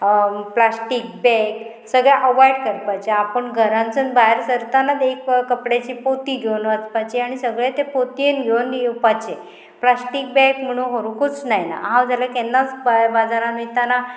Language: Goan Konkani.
प्लास्टीक बॅग सगळें अवॉयड करपाचें आपूण घरांतसून भायर सरताना एक कपड्याची पोती घेवन वचपाची आनी सगळें तें पोतयेन घेवन येवपाचें प्लास्टीक बॅग म्हणून हरुकूच नायना हांव जाल्यार केन्नाच बाजारान वयताना